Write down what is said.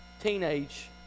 teenage